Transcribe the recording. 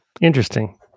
Interesting